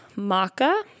maca